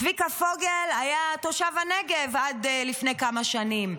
צביקה פוגל היה תושב הנגב עד לפני כמה שנים,